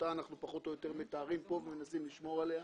אותה אנחנו פחות או יותר מתארים כאן ומנסים לשמור עליה,